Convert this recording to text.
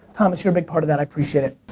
thomas you are a big part of that i appriciate it.